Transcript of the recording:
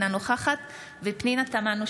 אינה נוכחת פנינה תמנו,